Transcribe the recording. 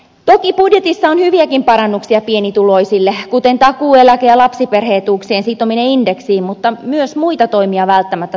toki budjetissa on hyviäkin parannuksia pienituloisille kuten takuueläke ja lapsiperhe etuuksien sitominen indeksiin mutta myös muita toimia välttämättä tarvittaisiin